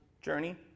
journey